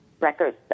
records